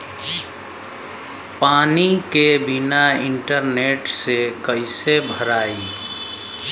पानी के bill internet से कइसे भराई?